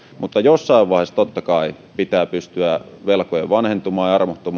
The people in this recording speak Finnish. mutta jossain vaiheessa totta kai pitää pystyä velkojen vanhentumaan